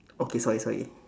okay sorry sorry